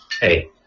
hey